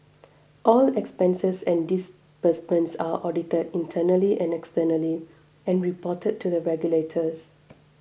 all expenses and disbursements are audited internally and externally and reported to the regulators